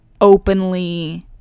openly